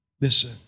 Listen